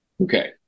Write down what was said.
Okay